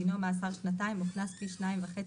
דינו מאסר שנתיים או קנס פי שניים וחצי